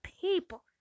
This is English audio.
people